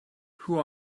who